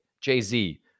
jay-z